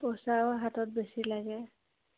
পইচাও হাতত বেছি লাগে